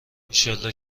ایشالله